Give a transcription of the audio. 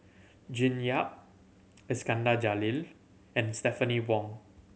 June Yap Iskandar Jalil and Stephanie Wong